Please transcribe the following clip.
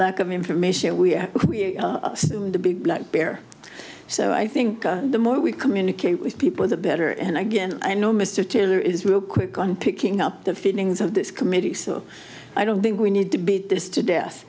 lack of information we have the big black bear so i think the more we communicate with people the better and again i know mr taylor is real quick on picking up the feelings of this committee so i don't think we need to beat this to death